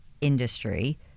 industry